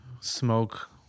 smoke